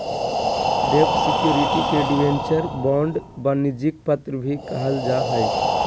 डेब्ट सिक्योरिटी के debenture, bond, वाणिज्यिक पत्र भी कहल जा हय